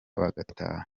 bagataha